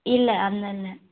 இல்லை அந்த இல்லை